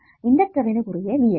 ഇണ്ടക്ടറിന് കുറുകെ V x